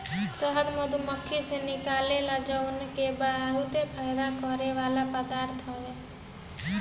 शहद मधुमक्खी से निकलेला जवन की बहुते फायदा करेवाला पदार्थ हवे